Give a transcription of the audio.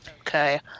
Okay